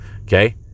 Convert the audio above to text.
okay